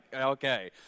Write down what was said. okay